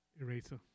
eraser